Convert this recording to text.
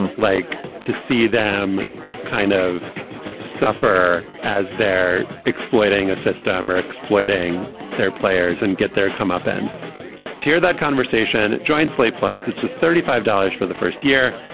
like to see them kind of suffer as they're exploiting a system or exploiting their players and get their come up and hear that conversation jointly. play plastic. just thirty five dollars for the first year.